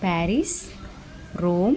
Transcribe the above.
Paris Rome